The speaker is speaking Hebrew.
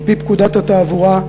על-פי פקודת התעבורה,